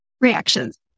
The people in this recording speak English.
Reactions